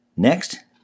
Next